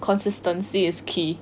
consistency is key